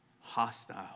hostile